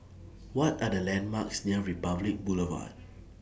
What Are The landmarks near Republic Boulevard